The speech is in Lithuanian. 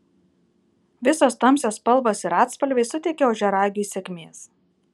visos tamsios spalvos ir atspalviai suteikia ožiaragiui sėkmės